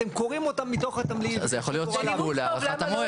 הם קוראים אותן מתוך התמליל --- אז זה יכול להיות שיקול להארכת המועד.